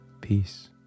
Peace